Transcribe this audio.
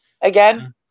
again